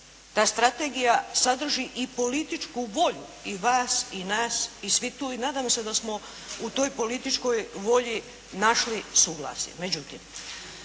Ta strategija sadrži i političku volju i vas i nas i svi tu. I nadam se da smo u toj političkoj volji našli suglasje.